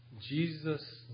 Jesus